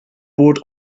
board